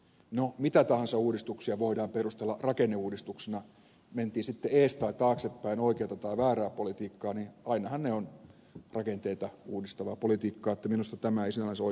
no mitä tahansa uudistuksia voidaan perustella rakenneuudistuksena mentiin sitten ees tai taaksepäin oikeata tai väärää politiikkaa niin ainahan ne ovat rakenteita uudistavaa politiikkaa että minusta tämä ei sinänsä oikeuta yhtään mitään